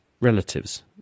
relatives